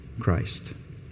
Christ